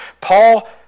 Paul